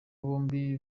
bombi